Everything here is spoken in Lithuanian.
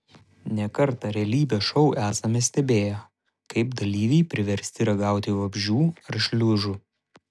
ne kartą realybės šou esame stebėję kaip dalyviai priversti ragauti vabzdžių ar šliužų